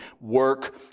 work